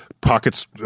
Pockets